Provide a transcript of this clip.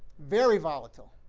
very volatile